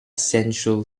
central